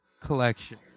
Collection